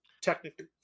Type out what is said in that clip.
technically